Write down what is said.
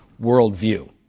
worldview